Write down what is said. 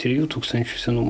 trijų tūkstančių senumo